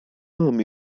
mam